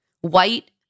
White